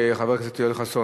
חבר הכנסת יואל חסון,